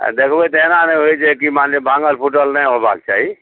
आ देखबै तऽ एना नहि होइ जे कि मानलियै भाँगल फुटल नहि होयबाक चाही